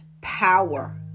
power